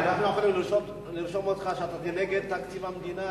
אנחנו יכולים לרשום אותך שאתה נגד תקציב המדינה,